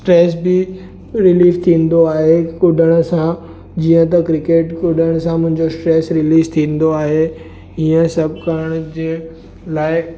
stress बि relief थींदो आहे कुॾण सां जीअं त क्रिकेट कुॾण सां मुंहिंजो स्ट्रेस रिलीज़ थींदो आहे हीअं सभु करणु जे लाइ